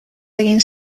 egin